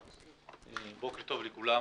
בוקר טוב לכולם.